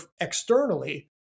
externally